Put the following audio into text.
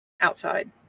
outside